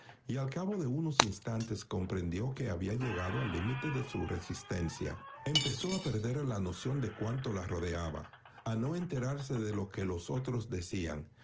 y al cabo de unos instantes comprendió que había llegado al límite de su resistencia empezó a perder la noción de cuanto la rodeaba a no enterarse de lo que los otros decían